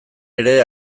ere